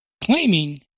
claiming